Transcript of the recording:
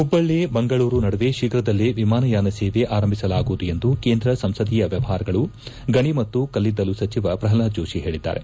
ಹುಬ್ಬಳ್ಳಿ ಮಂಗಳೂರು ನಡುವೆ ಶೀಘ್ರದಲ್ಲೇ ವಿಮಾನಯಾನ ಸೇವೆ ಆರಂಭಿಸಲಾಗುವುದು ಎಂದು ಕೇಂದ್ರ ಸಂಸದೀಯ ವ್ಯವಹಾರಗಳು ಗಣಿ ಮತ್ತು ಕಲ್ಲಿದ್ದಲು ಸಚಿವ ಪ್ರಲ್ಹಾದ್ ಜೋಶಿ ಹೇಳಿದ್ದಾರೆ